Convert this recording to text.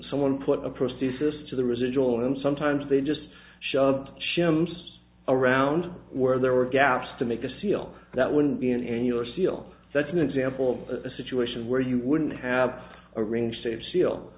someone put a prosthesis to the residual limb sometimes they just shoved shims around where there are gaps to make a seal that wouldn't be an annular seal that's an example of a situation where you wouldn't have arranged a seal